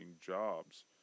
jobs